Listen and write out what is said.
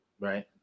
right